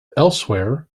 elsewhere